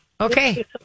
Okay